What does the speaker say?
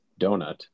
donut